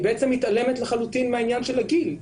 היא בעצם מתעלמת לחלוטין מהעניין של הגיל.